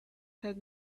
had